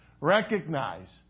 Recognize